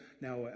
now